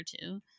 two